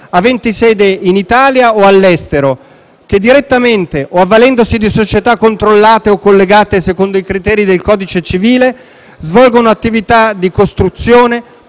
aventi sede in Italia o all'estero, che, direttamente o avvalendosi di società controllate o collegate secondo i criteri del codice civile, svolgono attività di costruzione,